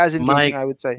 Mike